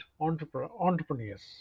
entrepreneurs